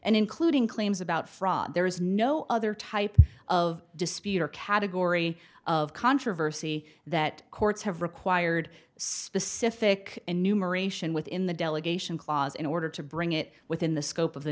and including claims about fraud there is no other type of dispute or category of controversy that courts have required specific numeration within the delegation clause in order to bring it within the scope of the